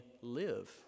live